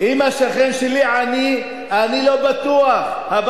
אני מסכים אתך.